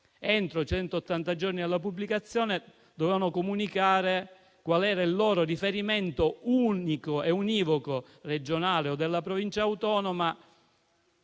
centottanta giorni dalla pubblicazione dovevano cioè comunicare qual era il loro riferimento unico e univoco regionale o della Provincia autonoma